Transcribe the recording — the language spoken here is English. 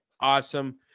Awesome